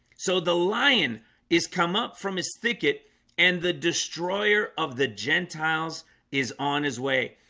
so the lion is come up from his thicket and the destroyer of the gentiles is on his way,